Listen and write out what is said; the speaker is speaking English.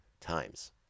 times